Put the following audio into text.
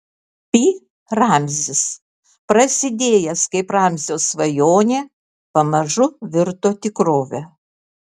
pi ramzis prasidėjęs kaip ramzio svajonė pamažu virto tikrove